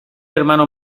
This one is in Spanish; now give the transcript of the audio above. hermano